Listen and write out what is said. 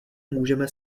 můžeme